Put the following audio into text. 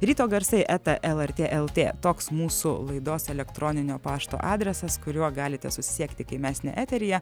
ryto garsai eta lrt lt toks mūsų laidos elektroninio pašto adresas kuriuo galite susisiekti kai mes ne eteryje